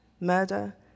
murder